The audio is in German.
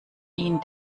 ihn